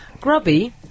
Grubby